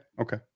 okay